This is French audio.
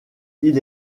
elle